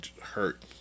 hurt